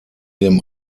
dem